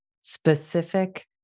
specific